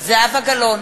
זהבה גלאון,